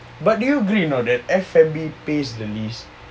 but do you agree or not that F&B pays the least